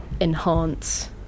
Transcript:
enhance